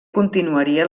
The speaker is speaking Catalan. continuaria